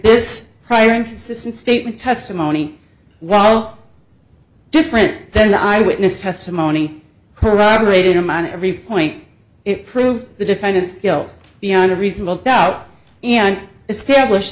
this prior inconsistent statement testimony while different then i witness testimony corroborated him on every point it prove the defendant's guilt beyond a reasonable doubt and establish